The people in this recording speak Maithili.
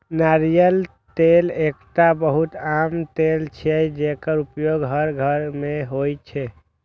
नारियल तेल एकटा बहुत आम तेल छियै, जेकर उपयोग हर घर मे होइ छै